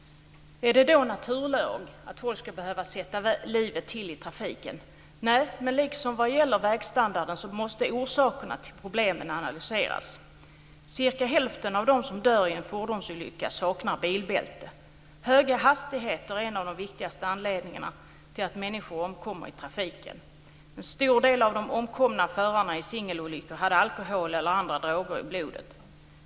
Är det då naturlag att folk ska behöva sätta livet till i trafiken? Nej, men liksom när det gäller vägstandarden måste orsakerna till problemen analyseras. Cirka hälften av dem som dör i en fordonsolycka saknar bilbälte. Höga hastigheter är en av de viktigaste anledningarna till att människor omkommer i trafiken. En stor del av de omkomna förarna i singelolyckor hade alkohol eller andra droger i blodet.